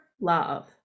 love